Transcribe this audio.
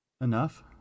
Enough